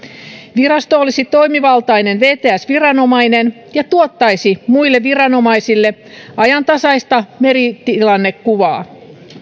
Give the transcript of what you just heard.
virasto olisi toimivaltainen vts viranomainen ja tuottaisi muille viranomaisille ajantasaista meritilannekuvaa